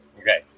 Okay